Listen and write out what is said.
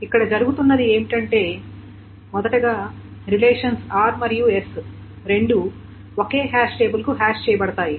ఇక్కడ జరుగుతున్నది ఏమిటంటే మొదట గా రిలేషన్స్ r మరియు s రెండూ ఒకే హాష్ టేబుల్ కు హాష్ చేయబడతాయి